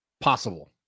possible